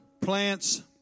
plants